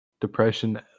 depression